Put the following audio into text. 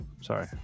Sorry